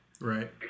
right